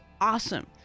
awesome